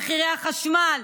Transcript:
מחירי החשמל.